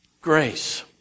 Grace